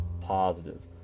positive